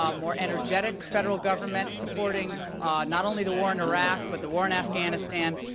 um more energetic federal government, supporting ah not only the war in iraq, but the war in afghanistan.